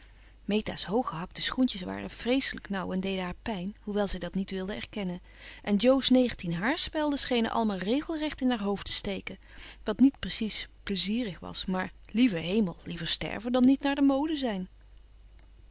meta's hooggehakte schoentjes waren vreeselijk nauw en deden haar pijn hoewel zij dat niet wilde erkennen en jo's negentien haarspelden schenen allemaal regelrecht in haar hoofd te steken wat niet precies plezierig was maar lieve hemel liever sterven dan niet naar de mode zijn